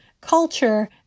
culture